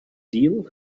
deal